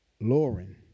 Lauren